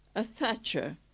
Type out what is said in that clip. a thatcher,